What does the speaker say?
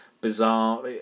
bizarre